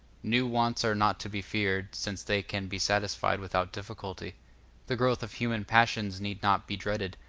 new wants are not to be feared, since they can be satisfied without difficulty the growth of human passions need not be dreaded,